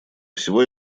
всего